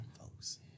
folks